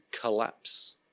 collapse